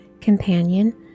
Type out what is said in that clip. Companion